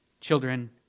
Children